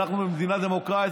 אנחנו עדיין מדינת דמוקרטית.